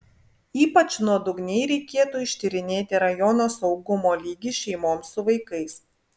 ypač nuodugniai reikėtų ištyrinėti rajono saugumo lygį šeimoms su vaikais